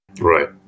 Right